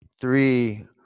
Three